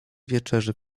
wieczerzy